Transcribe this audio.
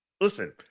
Listen